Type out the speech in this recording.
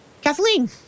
Kathleen